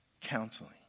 counseling